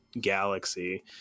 Galaxy